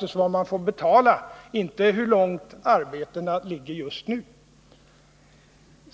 dock vad man får betala vid ett byggstopp, inte hur långt arbetena hittills har fortskridit.